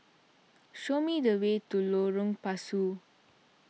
show me the way to Lorong Pasu